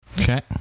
Okay